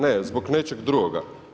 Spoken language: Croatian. Ne, zbog nečeg drugoga.